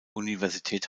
universität